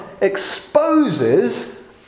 exposes